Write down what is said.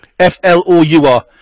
F-L-O-U-R